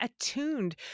attuned